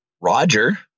Roger